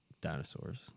dinosaurs